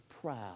proud